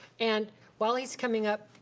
and while he's coming up,